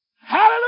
Hallelujah